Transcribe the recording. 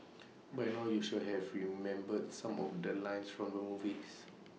by now you should have remembered some of the lines from the movies